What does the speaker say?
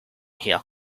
here